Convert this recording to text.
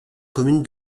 commune